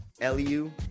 l-u